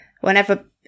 whenever